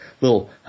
little